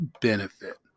benefit